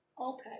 Okay